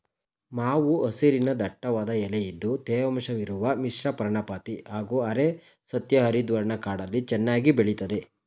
ಮಾವು ಹಸಿರಿನ ದಟ್ಟವಾದ ಎಲೆ ಇದ್ದು ತೇವಾಂಶವಿರುವ ಮಿಶ್ರಪರ್ಣಪಾತಿ ಹಾಗೂ ಅರೆ ನಿತ್ಯಹರಿದ್ವರ್ಣ ಕಾಡಲ್ಲಿ ಚೆನ್ನಾಗಿ ಬೆಳಿತದೆ